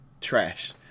Trash